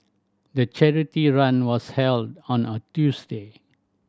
the charity run was held on a Tuesday